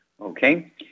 okay